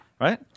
Right